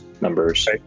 numbers